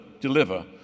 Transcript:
deliver